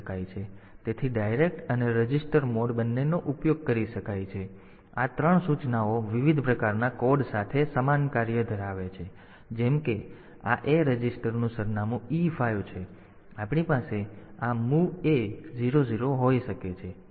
તેથી ડાયરેક્ટ અને register mode બંનેનો ઉપયોગ કરી શકાય છે તેથી આ ત્રણ સૂચનાઓ વિવિધ પ્રકારના કોડ સાથે સમાન કાર્ય ધરાવે છે જેમ કે આ A રજિસ્ટરનું સરનામું E5 છે તેથી આપણી પાસે આ MOV A00 હોઈ શકે છે